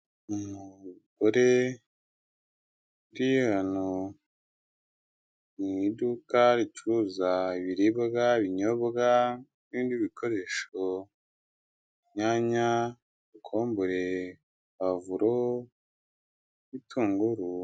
Umugore utuye hano mu iduka ricuruza ibiribwa, ibinyobwa n'ibindi bikoresho inyanya, kokombure, pavuro n'ibitunguru.